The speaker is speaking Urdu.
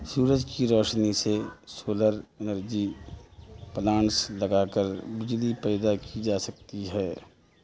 سورج کی روشنی سے سولر انرجی پلانٹس لگا کر بجلی پیدا کی جا سکتی ہے